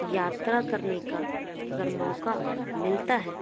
यात्रा करने का अगर मौका मिलता है